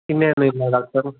ಇನ್ನೇನು ಇಲ್ಲ ಡಾಕ್ಟರು